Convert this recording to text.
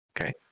Okay